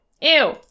Ew